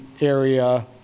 area